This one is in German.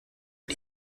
ein